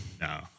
No